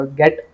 get